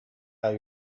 how